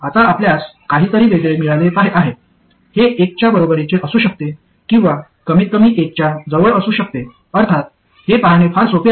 आता आपल्यास काहीतरी वेगळे मिळाले आहे हे एकच्या बरोबरीचे असू शकते किंवा कमीतकमी एकच्या जवळ असू शकते अर्थात हे पाहणे फार सोपे आहे